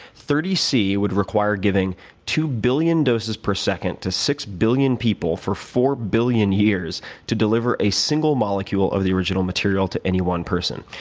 thirty c would require giving two billion doses per second to six billion people for four billion years to deliver a single molecule of the original material to any one person.